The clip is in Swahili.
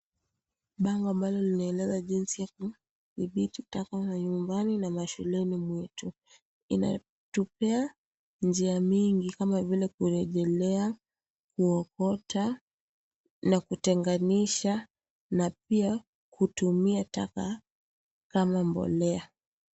Bango ambalo linaeleza jinsi ya kuhifadhi taka manyumbani na mashuleni mwetu inayotupea njia miingi kama vile kurejelea kuokota na kutenganisha na pia kutumia taka kama mbolea.